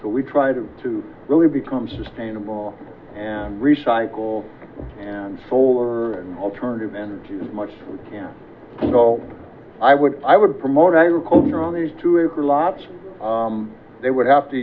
so we tried to really become sustainable and recycle and solar and alternative energy as much as i would i would promote agriculture on these two acre lots they would have to